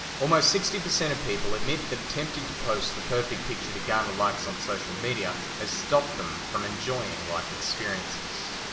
almost sixty percent of people admit that attempting to post the perfect picture to garner likes on social media has stopped them from enjoying life experiences.